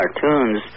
cartoons